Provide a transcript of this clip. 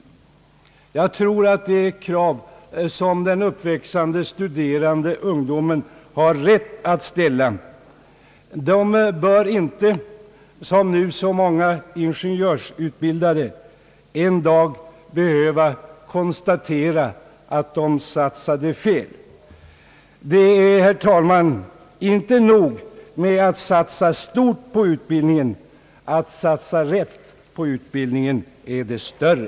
Det är krav som den uppväxande studerande ungdomen har rätt att ställa. Ungdomarna bör inte, som nu så många ingenjörsutbildade, en dag behöva konstatera att de satsade fel. Det är, herr talman, inte nog att satsa stort på utbildningen, att satsa rätt på utbildningen är större.